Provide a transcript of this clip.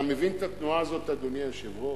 אתה מבין את התנועה הזאת, אדוני היושב-ראש?